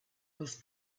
was